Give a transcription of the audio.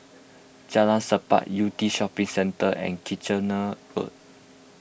Jalan Sappan Yew Tee Shopping Centre and Kitchener Road